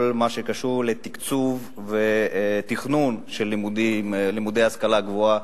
הקשור לתקצוב ותכנון של לימודי השכלה גבוהה.